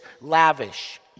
lavish